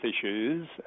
issues